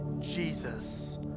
Jesus